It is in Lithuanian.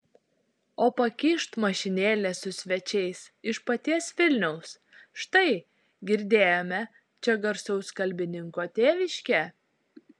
o pakyšt mašinėlė su svečiais iš paties vilniaus štai girdėjome čia garsaus kalbininko tėviškė